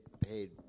paid